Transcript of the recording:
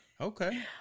Okay